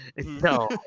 No